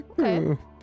Okay